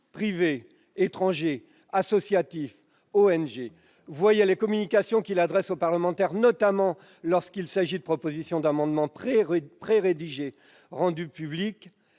privé, étranger, associatif, ONG -voyait les communications qu'il adresse aux parlementaires, notamment lorsqu'il s'agit de propositions d'amendements prérédigés, rendues publiques,